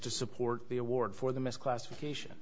to support the award for the misclassification